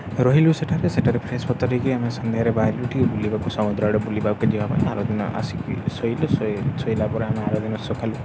ରହିଲୁ ସେଠାରେ ସେଠାରେ ଫ୍ରେସ୍ ପତ୍ର ହୋଇକି ଆମେ ସନ୍ଧ୍ୟାରେ ବାହାରିଲୁ ଏଠିକୁ ବୁଲିବାକୁ ସମୁଦ୍ର ଆଡ଼େ ବୁଲିବାକୁ ଯିବା ପାଇଁ ଆର ଦିନ ଆସିକି ଶୋଇଲୁ ଶୋଇ ଶୋଇଲା ପରେ ଆମେ ଆର ଦିନ ସକାଳୁ